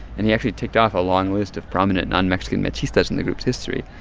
and he actually ticked off a long list of prominent non-mexican mechistas in the group's history.